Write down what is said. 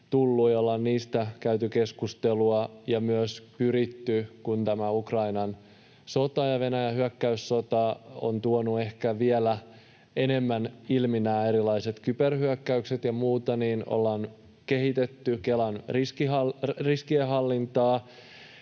ollaan niistä käyty keskustelua. Kun Ukrainan sota ja Venäjä hyökkäyssota ovat tuoneet ehkä vielä enemmän ilmi nämä erilaiset kyberhyökkäykset ja muuta, niin ollaan kehitetty Kelan riskienhallintaa